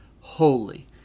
holy